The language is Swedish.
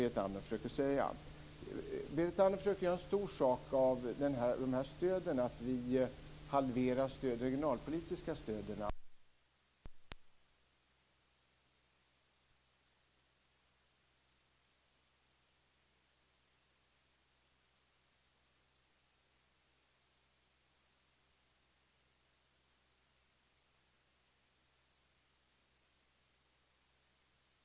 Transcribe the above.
Det är ju en försvinnande liten del som går till regionalpolitiska medel. Vi anser att man får en bättre effekt av att använda de här pengarna genom att sänka skatter och skapa bättre företagsvillkor. Det ger en större och bredare effekt för framför allt, som jag har sagt, de svaga regionerna, för de regioner där företagen har de sämsta marginalerna. Det är där vi måste se till att det är bra villkor, så att vi får företag som kan skapa jobb och ger underlag för en god välfärd. Er politik har misslyckats.